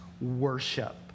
worship